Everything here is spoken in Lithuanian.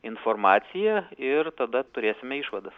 informaciją ir tada turėsime išvadas